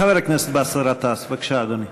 חבר הכנסת באסל גטאס, בבקשה, אדוני.